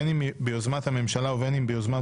בין אם ביוזמת הממשלה ובין א□ ביוזמת